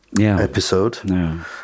episode